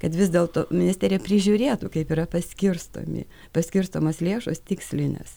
kad vis dėlto ministerija prižiūrėtų kaip yra paskirstomi paskirstomos lėšos tikslinės